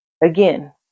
Again